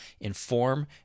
inform